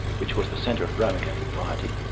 which was the centre of roman catholic piety,